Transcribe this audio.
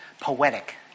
poetic